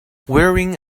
wearing